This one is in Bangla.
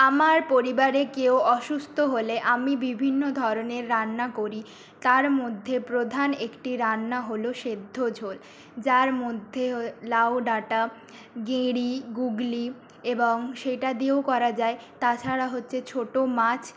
আমার পরিবারে কেউ অসুস্থ হলে আমি বিভিন্ন ধরনের রান্না করি তার মধ্যে প্রধান একটি রান্না হল সেদ্ধ ঝোল যার মধ্যে লাউ ডাটা গেঁড়ি গুগলি এবং সেটা দিয়েও করা যায় তাছাড়া হচ্ছে ছোটো মাছ